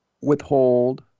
withhold